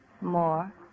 More